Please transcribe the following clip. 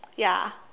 ya